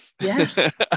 Yes